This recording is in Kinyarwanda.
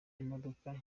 imodoka